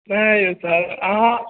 नहि यौ सर अहाँ